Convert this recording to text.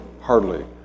hardly